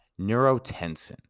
neurotensin